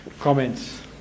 comments